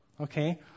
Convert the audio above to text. Okay